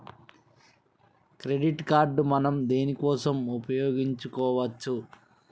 Credit card మనం దేనికోసం ఉపయోగించుకోవచ్చు?